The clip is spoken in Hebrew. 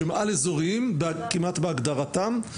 שהם על אזוריים כמעט בהגדרתם,